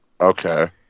Okay